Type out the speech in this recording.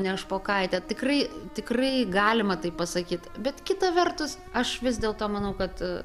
ne špokaitė tikrai tikrai galima taip pasakyt bet kita vertus aš vis dėlto manau kad